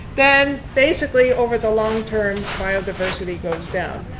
then basically over the long term, biodiversity goes down.